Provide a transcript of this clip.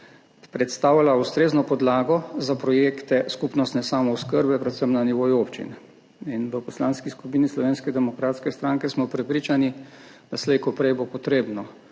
predstavljala ustrezno podlago za projekte skupnostne samooskrbe, predvsem na nivoju občin. In v Poslanski skupini Slovenske demokratske stranke smo prepričani, da bo slejkoprej potrebno